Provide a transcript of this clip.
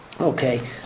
Okay